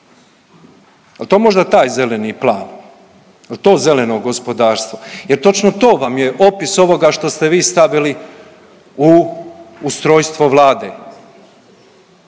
Jel to možda taj zeleni plan, jel to zeleno gospodarstvo? Jel točno to vam je opis ovoga što ste vi stavili u ustrojstvo Vlade,